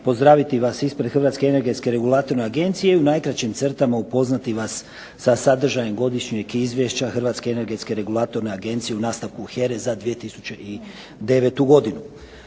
pozdraviti vas ispred Hrvatske energetske regulatorne agencije i u najkraćim crtama upoznati vas sa sadržajem godišnjeg Izvješća Hrvatske energetske regulatorne agencije u nastavku HERE za 2009. godinu.